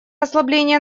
ослабления